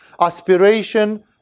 aspiration